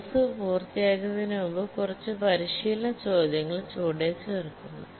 course പൂർത്തിയാകുന്നതിന് മുമ്പ് കുറച്ച് പരിശീലന ചോദ്യങ്ങൾ ചുവടെ ചേർക്കുന്നു